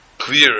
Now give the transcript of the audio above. clear